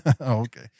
okay